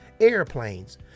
airplanes